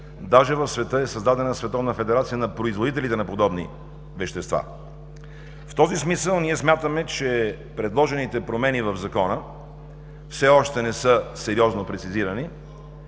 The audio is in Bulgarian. даже в света е създадена световна федерация на производителите на подобни вещества. В този смисъл ние смятаме, че предложените промени в Закона все още не са сериозно прецизирани